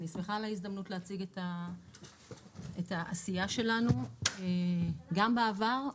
אני שמחה על ההזדמנות להציג את העשייה שלנו גם בעבר,